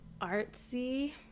Artsy